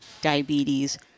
diabetes